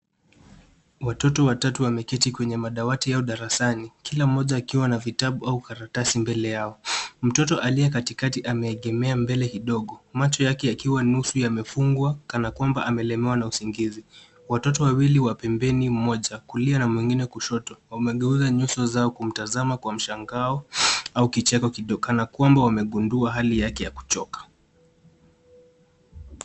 Watoto watatu wameketi kwenye madawati yao darasani kila moja akiwa na vitabu au karatasi mbele yao. Mtoto aliye kati ameegemea mbele kidogo macho yake yakiwa nusu yamefungwa kana kwamba amelemewa na usingizi. Watoto wawili wa pembeni moja kuli ana mwingine kushoto wamegeuza nyuso zao kumtazama kwa mshangao au kicheko kidogo kana kwamba wamegundua hali yake ya kuchoka.